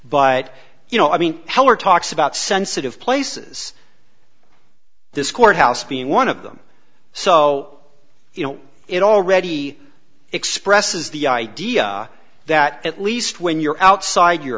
but you know i mean heller talks about sensitive places this courthouse being one of them so you know it already expresses the idea that at least when you're outside your